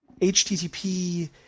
HTTP